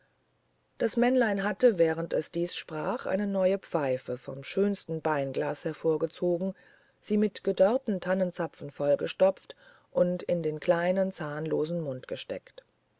das männlein hatte während es dies sprach eine neue pfeife vom schönsten beinglas hervorgezogen sie mit gedörrten tannenzapfen gestopft und in den kleinen zahnlosen mund gesteckt